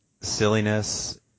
silliness